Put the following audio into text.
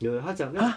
有有他讲要